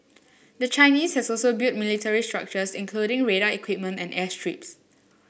the Chinese has also built military structures including radar equipment and airstrips